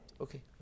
Okay